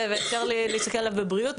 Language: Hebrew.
ואפשר להסתכל עליו בבריאות,